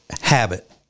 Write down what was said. Habit